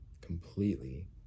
completely